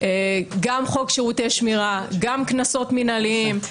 גם חוק שירותי שמירה, גם קנסות מנהליים.